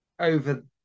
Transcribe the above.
over